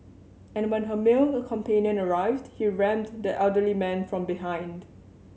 and when her male companion arrived he rammed the elderly man from behind